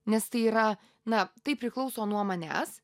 nes tai yra na tai priklauso nuo manęs